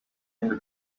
united